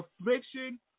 affliction